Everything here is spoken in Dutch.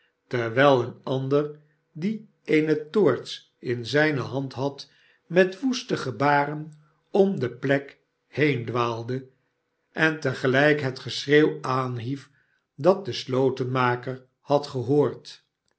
terwijl een aflder die eene toorts in zijne hand had met woeste gebaren om de plek heen dwaalde en te gelijk het geschreeuw aanhief dat de slotenmaker had gehoord